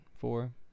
four